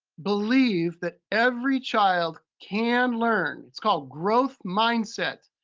believe that every child can learn. it's called growth mindset.